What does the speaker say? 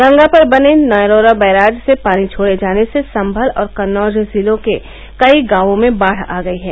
गंगा पर बने नरोरा बैराज से पानी छोड़े जाने से सम्मल और कन्नौज जिलों के कई गांवों में बाढ़ आ गयी है